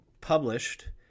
published